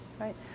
Right